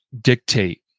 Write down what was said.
dictate